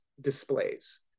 displays